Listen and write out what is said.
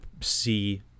see